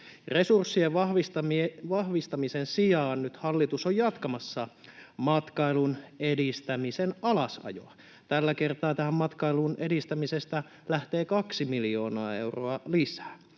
resurssien vahvistamisen sijaan nyt hallitus on jatkamassa matkailun edistämisen alasajoa. Tällä kertaa matkailun edistämisestä lähtee kaksi miljoonaa euroa lisää.